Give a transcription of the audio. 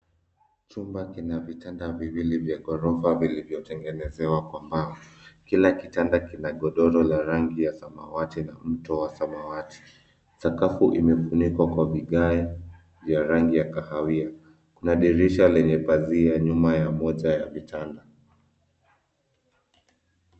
Chumba kina vitanda viwili vya ghorofa vivyotengenezewa kwa mbao. Kila kitanda kina godoro la rangi ya samawati na mto wa samawati. Sakafu imefunikwa kwa vigae vya rangi ya kahawia. Kuna dirisha lenye pazia nyuma ya moja ya vitanda.